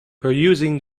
perusing